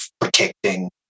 protecting